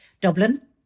Dublin